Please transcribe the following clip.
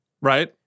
right